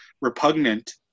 repugnant